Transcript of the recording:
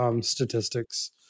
statistics